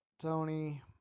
Tony